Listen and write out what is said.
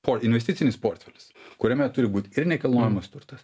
koinvesticinis portfelis kuriame turi būt ir nekilnojamas turtas